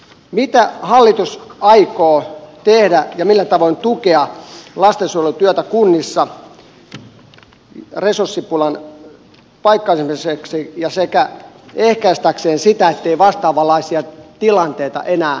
mitä hallitus aikoo tehdä ja millä tavoin tukea lastensuojelutyötä kunnissa resurssipulan paikkaamiseksi ja ehkäistäkseen sitä ettei vastaavanlaisia tilanteita enää tapahdu